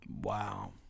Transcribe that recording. Wow